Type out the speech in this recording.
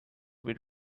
with